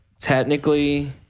technically